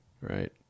right